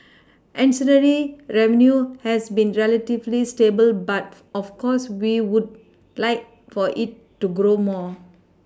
ancillary revenue has been relatively stable but of course we would like for it to grow more